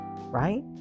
right